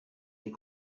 des